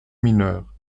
mineurs